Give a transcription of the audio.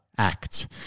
Act